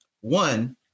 one